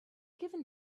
given